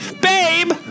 babe